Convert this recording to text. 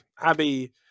Abby